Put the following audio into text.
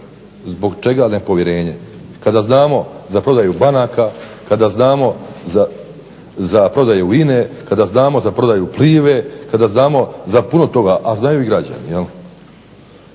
Zbog čega nepovjerenje kada znamo za prodaju banaka, kada znamo za prodaju INA-e, kada znamo za prodaju Plive, kada znamo za puno toga, a znaju i građani.